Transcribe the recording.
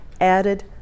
added